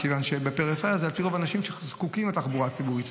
מכיוון שבפריפריה זה על פי רוב אנשים שזקוקים לתחבורה ציבורית,